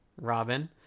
robin